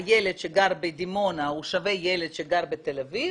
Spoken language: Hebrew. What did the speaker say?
הילד שגר בדימונה הוא שווה לילד שגר בתל אביב,